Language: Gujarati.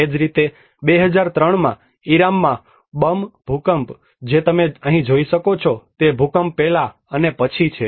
એ જ રીતે 2003 માં ઇરાનમાં બમ ભૂકંપ જે તમે અહીં જોઈ શકો છો તે ભૂકંપ પહેલા અને પછી છે